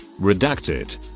Redacted